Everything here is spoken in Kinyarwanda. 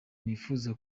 nifuza